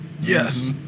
Yes